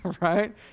Right